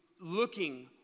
looking